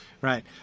right